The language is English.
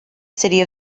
city